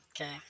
Okay